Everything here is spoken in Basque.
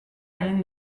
egin